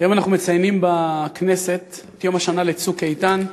היום אנחנו מציינים בכנסת את יום השנה ל"צוק איתן",